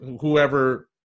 whoever